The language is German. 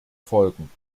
folgen